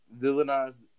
villainize